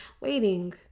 waiting